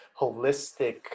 holistic